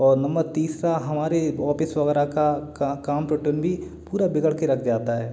और नंबर तीसरा हमारे ऑफिस वगैरह का का काम भी पूरा बिगड़ के रख जाता है